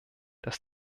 dass